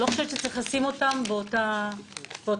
אני לא חושבת שצריך לשים אותם באותה קטגוריה.